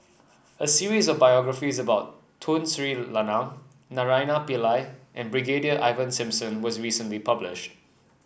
a series of biographies about Tun Sri Lanang Naraina Pillai and Brigadier Ivan Simson was recently published